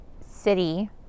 city